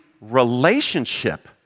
relationship